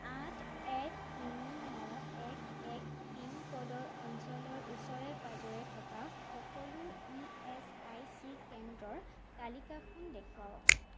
আঠ এক তিনি ন এক এক পিনক'ডৰ অঞ্চলৰ ওচৰে পাঁজৰে থকা সকলো ইএচআইচি কেন্দ্ৰৰ তালিকাখন দেখুৱাওক